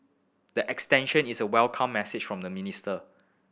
the extension is a welcome message from the minister